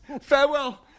Farewell